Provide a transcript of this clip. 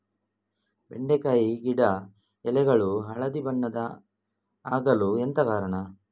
ಬೆಂಡೆಕಾಯಿ ಗಿಡ ಎಲೆಗಳು ಹಳದಿ ಬಣ್ಣದ ಆಗಲು ಎಂತ ಕಾರಣ?